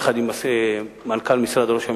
יחד עם מנכ"ל משרד ראש הממשלה,